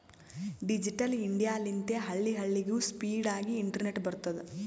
digital India ಲಿಂತೆ ಹಳ್ಳಿ ಹಳ್ಳಿಗೂ ಸ್ಪೀಡ್ ಆಗಿ ಇಂಟರ್ನೆಟ್ ಬರ್ತುದ್